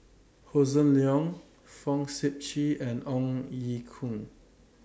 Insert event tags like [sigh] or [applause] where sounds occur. Hossan Leong [noise] Fong Sip Chee and Ong Ye Kung